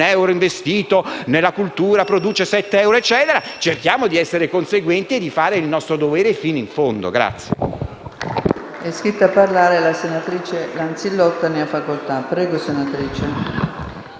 euro investito nella cultura produce 7 euro; cerchiamo di essere conseguenti e di fare il nostro dovere fino in fondo.